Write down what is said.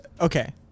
okay